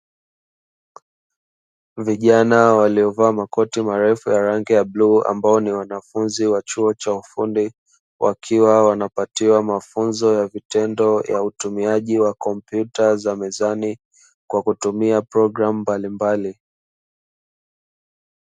Vijana waliovaa makoti marefu ya rangi ya bluu, ambao ni wanafunzi wa chuo cha ufundi, wakiwa wanapatiwa mafunzo ya vitendo ya utumiaji wa kompyuta za mezani kwa kutumia programu mbalimbali.